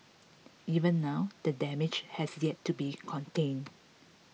even now the damage has yet to be contained